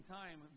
time